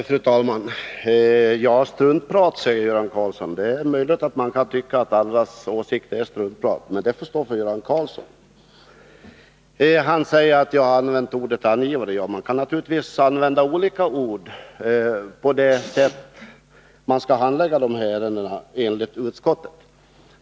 Fru talman! ”Struntprat”, säger Göran Karlsson. Det är möjligt att man kan tycka att andras åsikter är struntprat. Men det får stå för Göran Karlsson. Göran Karlsson säger att jag har använt ordet angivare. Man kan naturligtvis använda olika ord när det gäller på vilket sätt dessa ärenden skall handläggas enligt utskottet.